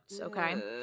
okay